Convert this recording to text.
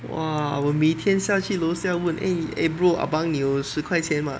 !wah! 我每天下去楼下问 eh bro abang 你有十块钱 mah